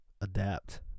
adapt